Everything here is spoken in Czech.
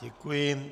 Děkuji.